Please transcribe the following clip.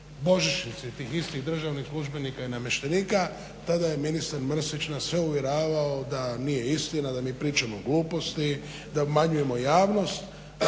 božićnici tih istih državnih službenika i namještenika tada je ministar Mrsić nas sve uvjeravao da nije istina, da mi pričamo gluposti, da obmanjujemo javnost